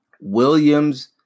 Williams